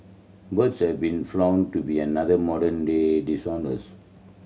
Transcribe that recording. birds have been to be another modern day dishonest